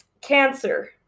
Cancer